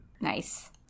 Nice